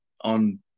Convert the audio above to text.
on